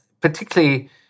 particularly